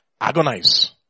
Agonize